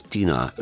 Tina